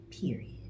period